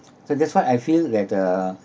so that's why I feel that the